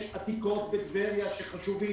יש עתיקות בטבריה שחשובים